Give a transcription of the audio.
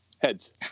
heads